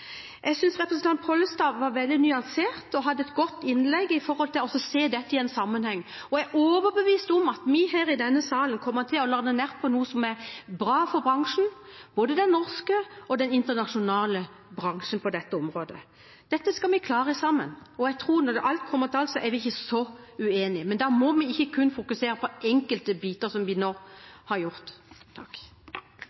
Jeg synes representanten Pollestad var veldig nyansert og hadde et godt innlegg om å se dette i sammenheng. Jeg er overbevist om at vi i denne salen kommer til å lande på noe som er bra for både den norske og den internasjonale bransjen på dette området. Dette skal vi klare sammen. Jeg tror at vi, når alt kommer til alt, ikke er så uenige, men da må vi ikke kun fokusere på enkelte biter, som vi nå har gjort.